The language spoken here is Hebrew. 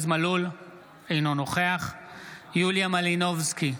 אינו נוכח יוליה מלינובסקי,